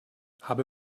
habe